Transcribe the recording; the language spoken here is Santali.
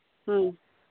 ᱦᱮᱸ